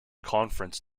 conference